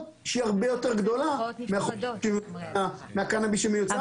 שהיא הרבה יותר גדולה מחומרי הדברה לקנאביס שמיוצר בישראל.